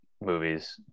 movies